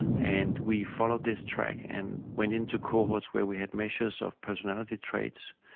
and we followed this track and went into cohorts where we had measures of personality traits.